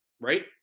right